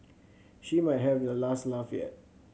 she might have the last laugh yet